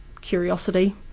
curiosity